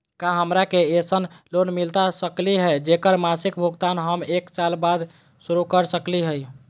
का हमरा के ऐसन लोन मिलता सकली है, जेकर मासिक भुगतान हम एक साल बाद शुरू कर सकली हई?